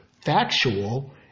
factual